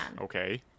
Okay